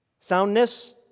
soundness